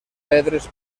pedres